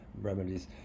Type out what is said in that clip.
Remedies